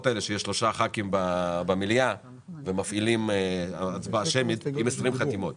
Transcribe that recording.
האלו שיש שלושה ח"כים שמפעילים הצבעה שמית עם 20 חתימות.